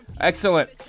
Excellent